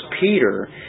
Peter